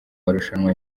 marushanwa